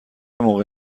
موقع